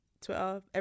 Twitter